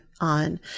on